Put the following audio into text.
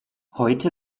heute